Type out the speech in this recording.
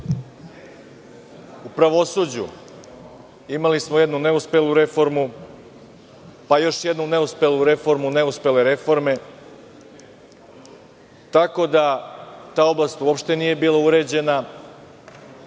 U pravosuđu smo imali jednu neuspelu reformu, pa još jednu neuspelu reformu neuspele reforme. Ta oblast uopšte nije bila uređena.